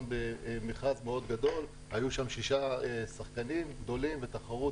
במכרז גדול מאוד שהיו בו שישה שחקנים גדולים בתחרות,